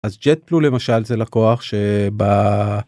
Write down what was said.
‫אז ג'ט פלו למשל זה לקוח שבה...